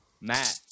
matt